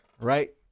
Right